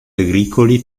agricoli